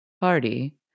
Party